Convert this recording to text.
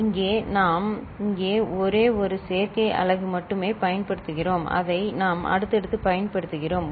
இங்கே நாம் இங்கே ஒரே ஒரு சேர்க்கை அலகு மட்டுமே பயன்படுத்துகிறோம் அதை நாம் அடுத்தடுத்து பயன்படுத்துகிறோம்